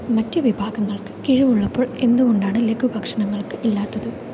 മറ്റ് വിഭാഗങ്ങൾക്ക് കിഴിവ് ഉള്ളപ്പോൾ എന്തുകൊണ്ടാണ് ലഘുഭക്ഷണങ്ങൾക്ക് ഇല്ലാത്തത്